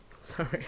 Sorry